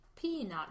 Peanut